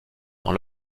dans